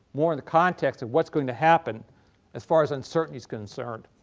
more in the context of what's going to happen as far as uncertainty is concerned.